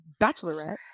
Bachelorette